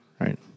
Right